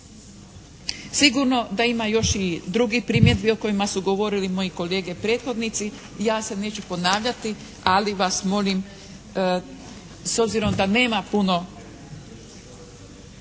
Sigurno da ima još i drugih primjedbi o kojima su govorili moje kolege prethodnici i ja se neću ponavljati ali vas molim, s obzirom da nema puno